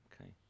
Okay